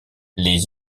les